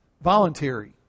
voluntary